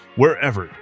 wherever